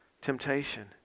temptation